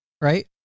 Right